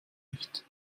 nicht